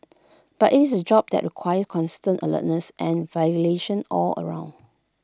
but IT is A job that requires constant alertness and all round